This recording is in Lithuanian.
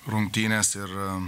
rungtynes ir